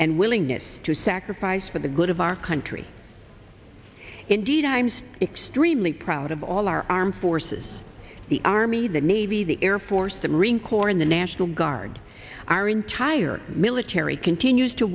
and willingness to sacrifice for the good of our country indeed i'm extremely proud of all our armed forces the army the navy the air force the marine corps in the national guard our entire military continues to